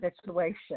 situation